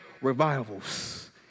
revivals